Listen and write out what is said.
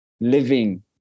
living